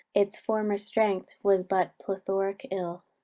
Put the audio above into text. its former strength was but plethoric ill.